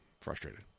Frustrated